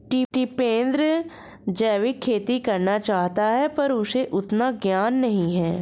टिपेंद्र जैविक खेती करना चाहता है पर उसे उतना ज्ञान नही है